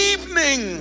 Evening